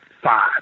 five